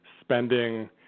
spending